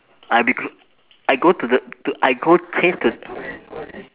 I'll be cl~ I go to the to I go change the